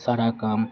सारा काम